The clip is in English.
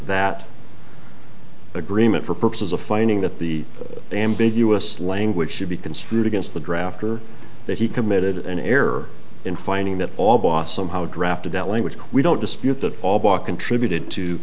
that agreement for purposes of finding that the ambiguous language should be construed against the drafter that he committed an error in finding that all boss somehow drafted that language we don't dispute that all bought contributed to